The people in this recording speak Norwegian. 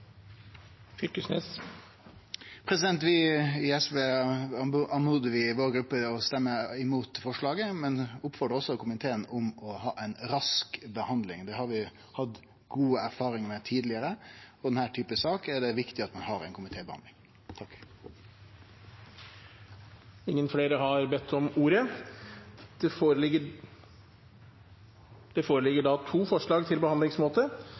15. februar. Vi i SV oppmodar vår gruppe til å stemme imot forslaget, men oppfordrar også komiteen til å ha ei rask behandling. Det har vi hatt gode erfaringar med tidlegare, og i denne typen saker er det viktig at ein har komitébehandling. Flere har ikke bedt om ordet til behandlingsmåten. Det foreligger da to forslag til behandlingsmåte: